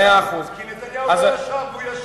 כי נתניהו לא ישב, והוא ישב.